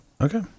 Okay